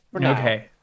okay